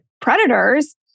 predators